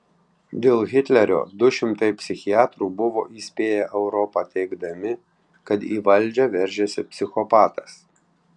dėl hitlerio du šimtai psichiatrų buvo įspėję europą teigdami kad į valdžią veržiasi psichopatas